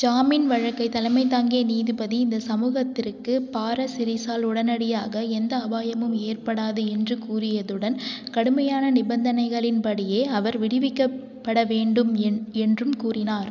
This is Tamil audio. ஜாமீன் வழக்கை தலைமை தாங்கிய நீதிபதி இந்த சமூகத்திற்கு பாரசிரிஸால் உடனடியாக எந்த அபாயமும் ஏற்படாது என்று கூறியதுடன் கடுமையான நிபந்தனைகளின் படியே அவர் விடுவிக்கப்பட வேண்டும் என்றும் கூறினார்